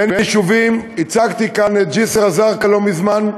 בין יישובים, הצגתי כאן את ג'סר-א-זרקא לא מזמן.